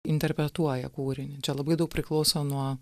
interpretuoja kūrinį čia labai daug priklauso nuo